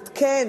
את כ"ן,